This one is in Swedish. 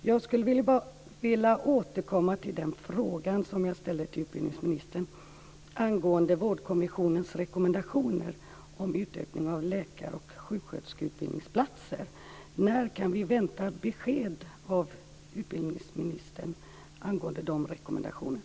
Jag skulle vilja återkomma till den fråga som jag ställde till utbildningsministern angående Vårdkommissionens rekommendationer om utökning av läkaroch sjuksköterskeutbildningsplatser: När kan vi vänta besked av utbildningsministern angående de rekommendationerna?